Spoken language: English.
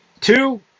two